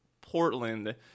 Portland